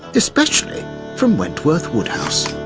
especially from wentworth woodhouse.